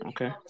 Okay